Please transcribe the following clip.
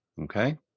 Okay